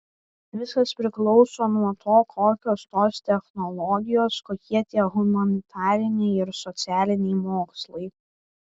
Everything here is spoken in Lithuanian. viskas priklauso nuo to kokios tos technologijos kokie tie humanitariniai ir socialiniai mokslai